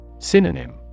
Synonym